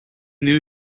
new